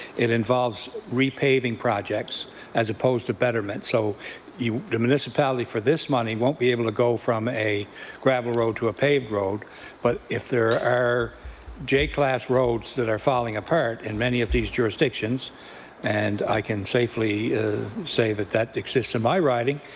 it involves repaving projects as opposed to betterment. so the municipality for this money won't be able to go from a gravel road to a paved road but if there are j-class roads that are falling apart in many of these jurisdictions and i can safely say that that exists in my riding,